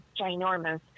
ginormous